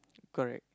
correct